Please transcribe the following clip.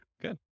good